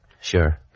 Sure